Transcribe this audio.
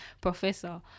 professor